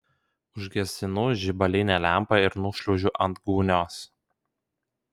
užgesinu žibalinę lempą ir nušliaužiu ant gūnios